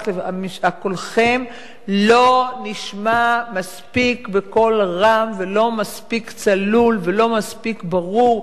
קולכם לא נשמע מספיק בקול רם ולא מספיק צלול ולא מספיק ברור.